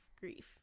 grief